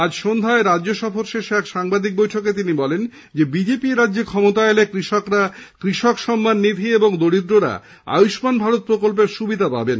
আজ সন্ধ্যায় রাজ্য সফর শেষে এক সাংবাদিক বৈঠকে তিনি বলেন বিজেপি এরাজ্যে ক্ষমতায় এলে কৃষকরা কৃষক সম্মান নিধি এবং দরিদ্ররা আয়ুষ্মান ভারত প্রকল্পের সুবিধা পাবেন